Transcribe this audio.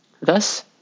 Thus